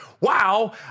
Wow